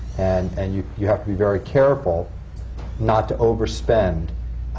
and and you you have to be very careful not to overspend